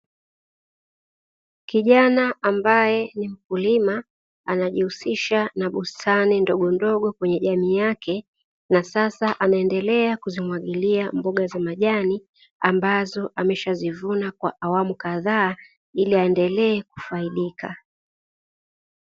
Kijana ambaye ni mkulima, anajihususha na bustani ndogondogo kwenye jamii yake, na sasa anaendelea kuzimwagilia mboga za majani, ambazo ameshazivuna kwa awamu kadhaa, ili aendelee kufaidika.